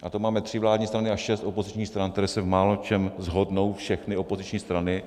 A to máme tři vládní strany a šest opozičních stran, které se v máločem shodnou, všechny opoziční strany.